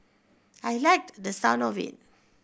I liked the sound of it